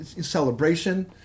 celebration